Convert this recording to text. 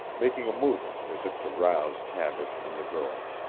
making a movement as if to rouse tavish and the girl.